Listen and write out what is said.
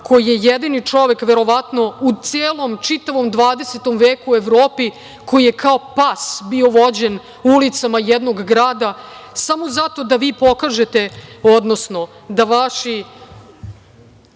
koji je jedini čovek, verovatno, u celom, čitavom 20. veku u Evropi, koji je kao pas bio vođen ulicama jednog grada, samo zato da vi pokažete, odnosno da vaši